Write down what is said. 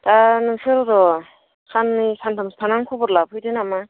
दा नोंसोर र' साननै सानथामसो थानानै ख'बर लाफैदो नामा